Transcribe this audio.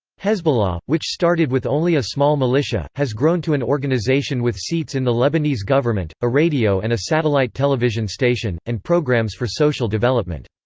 hezbollah, which started with only a small militia, has grown to an organization with seats in the lebanese government, a radio and a satellite television-station, and programs for social development.